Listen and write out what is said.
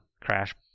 crash